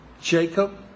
Jacob